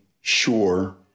sure